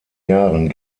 jahren